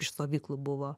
iš stovyklų buvo